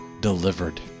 delivered